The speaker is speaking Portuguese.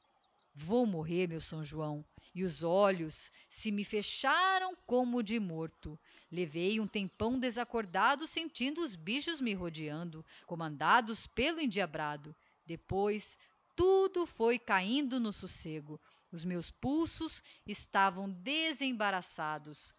vou morrer meu s joão e os olhos se me fecharam como de morto levei um tempão desaccordado sentindo os bichos me rodeando commandados pelo endiabrado depois tudo foi cahindo no socego os meus pulsos estavam desembaraçados